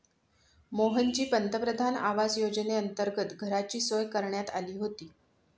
मोहनची पंतप्रधान आवास योजनेअंतर्गत घराची सोय करण्यात आली होती